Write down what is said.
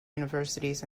universities